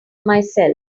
myself